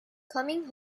coming